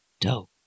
Dope